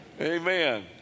Amen